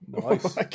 Nice